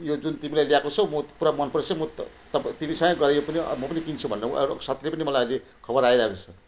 यो जुन तिमीले ल्याएको छौ म पुरा मन परेछ म त तिमीसँगै गएर पनि म पनि किन्छु भनेर उहाँ साथीले पनि मलाई अहिले खबर आइरहेको छ